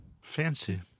Fancy